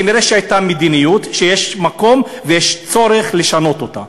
כנראה הייתה מדיניות שיש מקום ויש צורך לשנות אותה.